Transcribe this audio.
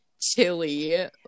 chili